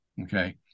Okay